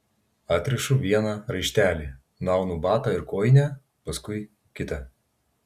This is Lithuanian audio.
atrišu vieną raištelį nuaunu batą ir kojinę paskui kitą